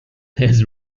has